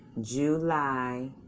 july